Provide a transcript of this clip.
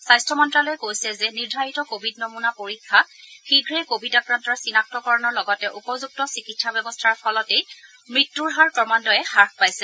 স্বাস্থ্য মন্ত্যালয়ে কৈছে যে নিৰ্ধাৰিত কোভিড নমুনা পৰীক্ষা শীঘ্ৰেই কোভিড আক্ৰান্তৰ চিনাক্তকৰণৰ লগতে উপযুক্ত চিকিৎসা ব্যৱস্থাৰ ফলতেই মৃত্যুৰ হাৰ ক্ৰমান্নয়ে হ্ৰাস পাইছে